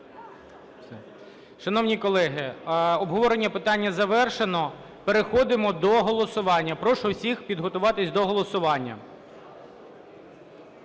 Шановні колеги! Обговорення питання завершено. Переходимо до голосування. Прошу всіх підготуватись до голосування.